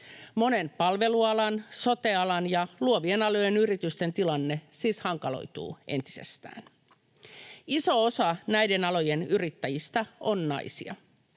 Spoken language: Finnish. Monen palvelualan, sote-alan ja luovien alojen yrityksen tilanne siis hankaloituu entisestään. Iso osa näiden alojen yrittäjistä on naisia.